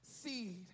seed